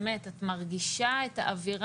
באמת את מרגישה את האווירה,